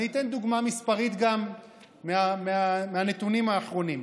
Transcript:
אני אתן דוגמה מספרית גם מהנתונים האחרונים.